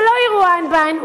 שאולי לא יראו אתך עין בעין,